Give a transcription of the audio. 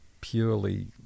purely